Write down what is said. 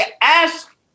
ask